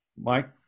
mike